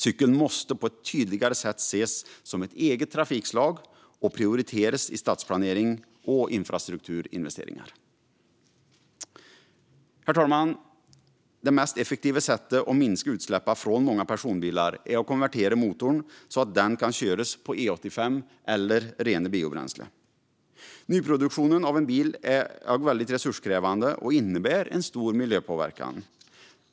Cykeln måste på ett tydligare sätt ses som ett eget trafikslag och prioriteras i stadsplanering och infrastrukturinvesteringar. Herr talman! Det mest effektiva sättet att minska utsläppen från många personbilar är att konvertera motorn så att den kan köras på E85 eller rena biobränslen. Nyproduktionen av bilar är mycket resurskrävande och innebär stor miljöpåverkan.